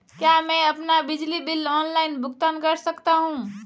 क्या मैं अपना बिजली बिल ऑनलाइन भुगतान कर सकता हूँ?